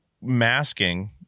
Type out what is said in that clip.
masking